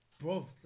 bro